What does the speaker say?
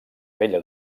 bella